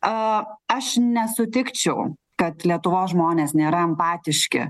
a aš nesutikčiau kad lietuvos žmonės nėra empatiški